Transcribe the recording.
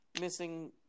missing